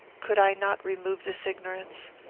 could i not remove this ignorance?